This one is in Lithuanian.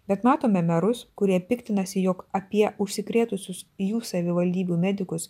bet matome merus kurie piktinasi jog apie užsikrėtusius jų savivaldybių medikus